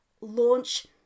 launch